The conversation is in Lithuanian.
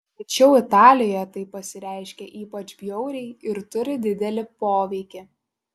tačiau italijoje tai pasireiškia ypač bjauriai ir turi didelį poveikį